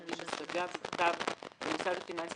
ולגבי חשבון פיננסי